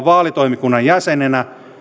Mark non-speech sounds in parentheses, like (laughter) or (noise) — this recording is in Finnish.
(unintelligible) vaalitoimikunnan jäsenenä